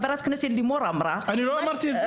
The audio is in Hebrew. חברת הכנסת לימור אמרה --- אני לא אמרתי את זה.